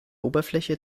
oberfläche